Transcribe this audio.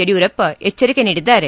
ಯಡಿಯೂರಪ್ಪ ಎಚ್ಚರಿಕೆ ನೀಡಿದ್ದಾರೆ